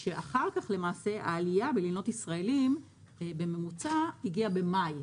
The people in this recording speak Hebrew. למעשה העלייה בלינות ישראלים בממוצע הגיעה במאי.